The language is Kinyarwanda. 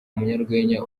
umunyarwenya